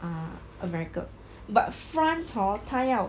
uh america but france hor 他要